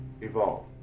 evolve